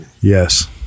yes